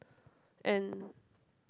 and